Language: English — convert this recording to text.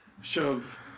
shove